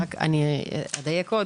אדייק עוד,